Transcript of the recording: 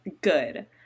good